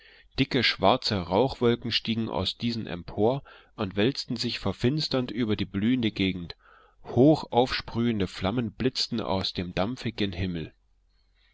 dicke schwarze rauchwolken stiegen aus diesen empor und wälzten sich verfinsternd über die blühende gegend hoch aufsprühende flammen blitzten aus dem dampfe gen himmel